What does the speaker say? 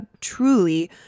truly